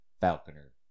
Falconer